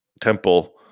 temple